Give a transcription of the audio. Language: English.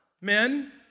men